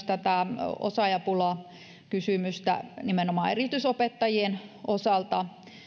tätä osaajapulakysymystä nimenomaan erityisopettajien osalta